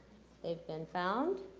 they've been found.